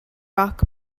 rock